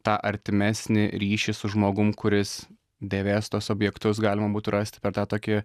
tą artimesnį ryšį su žmogum kuris dėvės tuos objektus galima būtų rasti per tą tokį